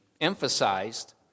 emphasized